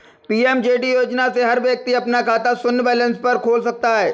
PMJD योजना से हर व्यक्ति अपना खाता शून्य बैलेंस पर खोल सकता है